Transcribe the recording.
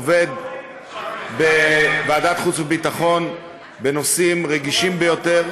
עובד בוועדת החוץ והביטחון בנושאים רגישים ביותר,